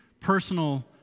Personal